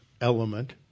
element